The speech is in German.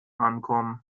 ankommen